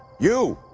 you.